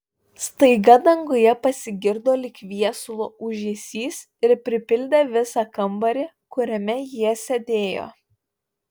staiga danguje pasigirdo lyg viesulo ūžesys ir pripildė visą kambarį kuriame jie sėdėjo